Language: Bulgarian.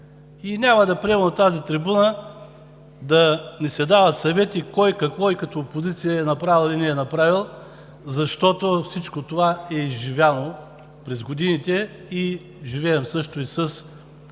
и няма да приема от тази трибуна да ни се дават съвети кой какво като опозиция е направил и не е направил, защото всичко това е изживяно през годините и живеем с